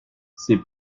ces